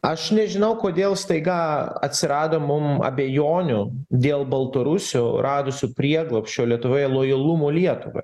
aš nežinau kodėl staiga atsirado mum abejonių dėl baltarusio radusio prieglobsčio lietuvoje lojalumo lietuvai